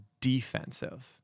defensive